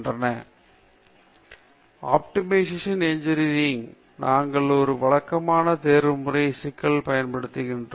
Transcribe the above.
slide time 1638 ஐ பார்க்கவும் ஆப்டிமிஸ்ட்டின் இன்ஜினியரிங் நாங்கள் இதை வழக்கமான தேர்வுமுறை சிக்கல்களில் பயன்படுத்துகிறோம்